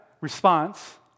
response